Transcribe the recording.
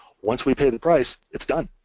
once we pay the price, it's done,